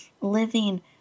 living